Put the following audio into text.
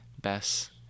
Bess